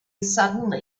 suddenly